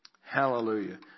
Hallelujah